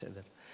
בסדר.